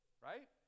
Right